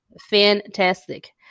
fantastic